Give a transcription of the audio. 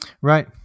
Right